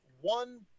one